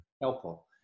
helpful